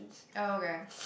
oh okay